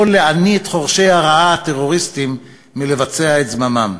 יכול להניא את חורשי הרעה הטרוריסטים מלבצע את זממם.